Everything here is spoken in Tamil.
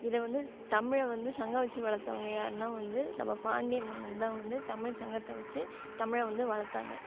இதை வந்து தமிழை வந்து சங்கம் வச்சு வளர்த்தவங்க யாருனால் வந்து நம்ம பாண்டிய மன்னன்தான் வந்து தமிழ் சங்கத்தை வச்சு தமிழை வந்து வளர்த்தாங்க